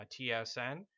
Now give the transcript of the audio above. tsn